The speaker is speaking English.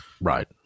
Right